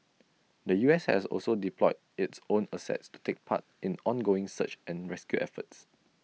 the U S has also deployed its own assets to take part in ongoing search and rescue efforts